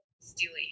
Steely